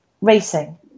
racing